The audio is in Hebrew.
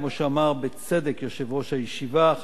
כמו שאמר בצדק יושב-ראש הישיבה,